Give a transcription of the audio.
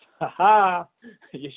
Ha-ha